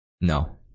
No